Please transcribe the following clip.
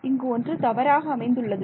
இங்கு ஒன்று தவறாக அமைந்துள்ளது